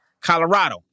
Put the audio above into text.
Colorado